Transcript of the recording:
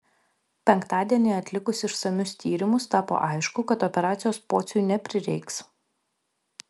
penktadienį atlikus išsamius tyrimus tapo aišku kad operacijos pociui neprireiks